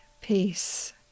peace